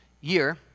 year